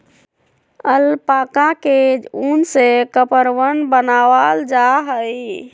alpaca के उन से कपड़वन बनावाल जा हई